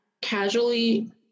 casually